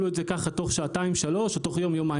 לו את זה תוך שעתיים-שלוש או תוך יום-יומיים,